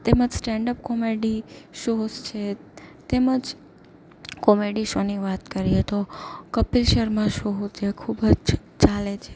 તેમજ stand up comedy shows છે તેમજ કોમેડી શોની વાત કરીએ તો કપિલ શર્મા શો જે ખૂબ જ ચાલે છે